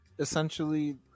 Essentially